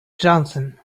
johnson